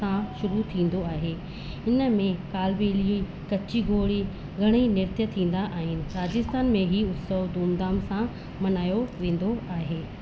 सां शुरू थींदो आहे हिन में कालवेली कची घोड़ी घणेई नृत थींदा आहिनि राजस्थान में ही उत्सव धूमधाम सां मल्हायो वेंदो आहे